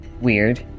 weird